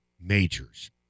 majors